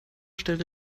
stelle